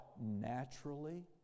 naturally